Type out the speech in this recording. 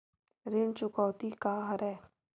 ऋण चुकौती का हरय?